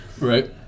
Right